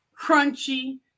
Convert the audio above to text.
crunchy